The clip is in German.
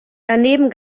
daneben